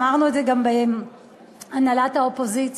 אמרנו את זה גם בהנהלת האופוזיציה,